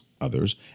others